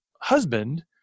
husband